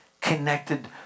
connected